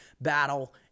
battle